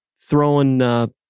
throwing